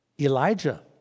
Elijah